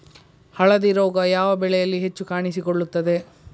ಹಳದಿ ರೋಗ ಯಾವ ಬೆಳೆಯಲ್ಲಿ ಹೆಚ್ಚು ಕಾಣಿಸಿಕೊಳ್ಳುತ್ತದೆ?